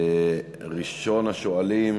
ראשון השואלים,